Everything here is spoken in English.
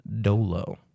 dolo